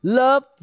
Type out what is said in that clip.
love